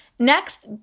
Next